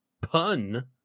pun